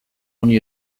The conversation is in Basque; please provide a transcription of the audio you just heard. honi